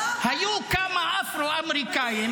--- היו כמה אפרו-אמריקאים